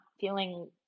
feeling